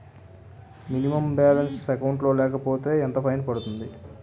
Minimum balance account లో లేకపోతే ఎంత ఫైన్ పడుతుంది?